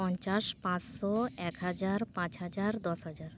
ᱯᱚᱧᱪᱟᱥ ᱯᱟᱸᱪᱥᱚ ᱮᱠ ᱦᱟᱡᱟᱨ ᱯᱟᱸᱪ ᱦᱟᱡᱟᱨ ᱫᱚᱥ ᱦᱟᱡᱟᱨ